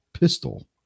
pistol